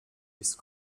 ist